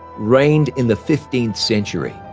reigned in the fifteenth century.